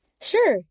Sure